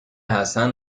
حسن